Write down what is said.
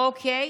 אוקיי.